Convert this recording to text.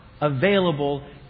available